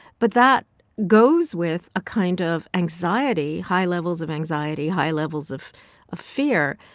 but that goes with a kind of anxiety high levels of anxiety, high levels of ah fear.